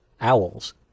owls